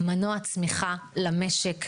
מנוע צמיחה למשק,